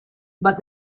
but